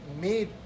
made